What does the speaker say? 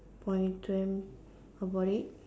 point to them about it